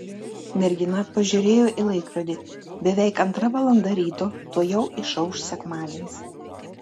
mergina pažiūrėjo į laikrodį beveik antra valanda ryto tuojau išauš sekmadienis